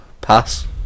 Pass